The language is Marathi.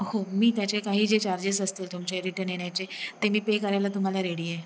हो मी त्याचे काही जे चार्जेस असतील तुमचे रिटन येण्याचे ते मी पे करायला तुम्हाला रेडी आहे